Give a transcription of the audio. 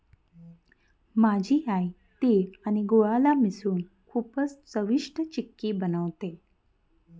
माझी आई तिळ आणि गुळाला मिसळून खूपच चविष्ट चिक्की बनवते